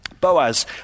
Boaz